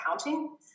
accounting